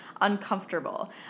uncomfortable